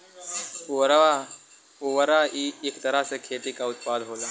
पुवरा इक तरह से खेती क उत्पाद होला